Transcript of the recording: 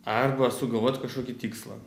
arba sugalvot kažkokį tikslą